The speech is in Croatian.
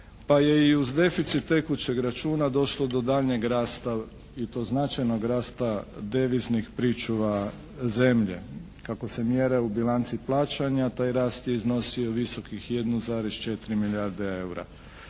pa je i uz deficit tekućeg računa došlo do daljnjeg rasta i to značajnog rasta deviznih pričuva zemlje. Kako se mjere u bilanci plaćanja taj rast je iznosio visokih 1,4 milijarde eura.